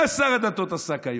במה שר הדתות עוסק כיום?